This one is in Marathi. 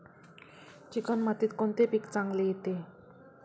चिकण मातीत कोणते पीक चांगले येते?